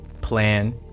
plan